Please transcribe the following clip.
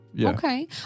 Okay